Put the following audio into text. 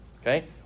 okay